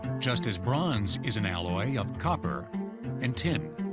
just as bronze is an alloy of copper and tin.